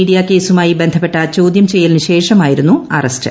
media കേസുമായി ബന്ധപ്പെട്ട ചോദൃം ചെയ്യലിന് ശേഷമായിരുന്നു അറസ്റ്റ്